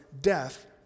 death